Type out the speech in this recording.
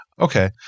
Okay